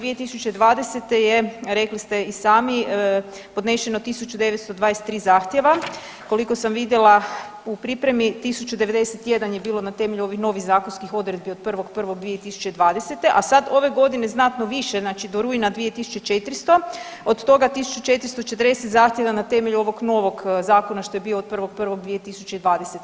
2020. je rekli ste i sami podnešeno 1923 zahtjeva, koliko sam vidjela u pripremi 1091 je bilo na temelju ovih novih zakonskih odredbi od 1.1.2020., a sad ove godine znatno više znači do rujna 2400, od toga 1440 zahtjeva na temelju ovog novog zakona što je bio od 1.1.2020.